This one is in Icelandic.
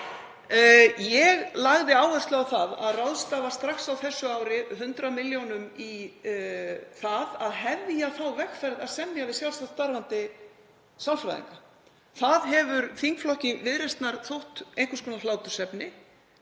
Ég lagði áherslu á það að ráðstafa strax á þessu ári 100 milljónum í að hefja þá vegferð að semja við sjálfstætt starfandi sálfræðinga. Þingflokki Viðreisnar hefur þótt einhvers konar aðhlátursefni